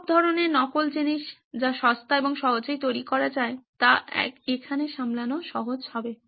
সব ধরণের নকল জিনিস যা সস্তা এবং সহজেই তৈরি করা যায় তা এখানে সামলানো সহজ হবে